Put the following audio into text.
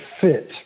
fit